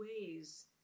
ways